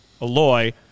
Aloy